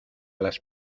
las